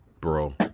Bro